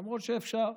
למרות שאפשר,